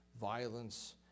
violence